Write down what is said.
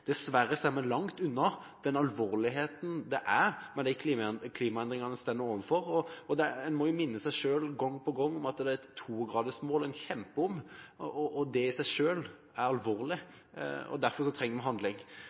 Dessverre er vi langt unna det alvoret det er med de klimaendringene en står ovenfor. En må jo minne seg selv gang på gang om at det er et togradersmål en kjemper om. Det i seg selv er alvorlig, og derfor trenger vi handling.